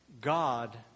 God